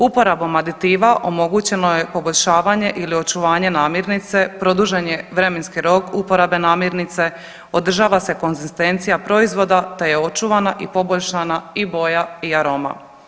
Uporabom aditiva omogućeno je poboljšavanje ili očuvanje namirnice, produžen je vremenski rok uporabe namirnice, održava se konzistencija proizvoda, te je očuvana i poboljšana i boja i aroma.